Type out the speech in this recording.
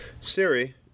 Siri